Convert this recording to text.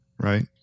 Right